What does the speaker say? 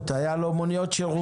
היו לו רישיונות.